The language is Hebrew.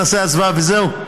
נעשה הצבעה וזהו,